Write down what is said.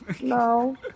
No